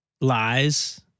lies